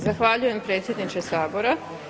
Zahvaljujem predsjedniče Sabora.